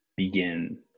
begin